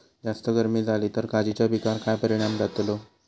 जास्त गर्मी जाली तर काजीच्या पीकार काय परिणाम जतालो?